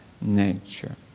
nature